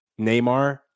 Neymar